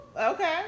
Okay